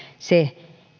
se